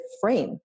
frame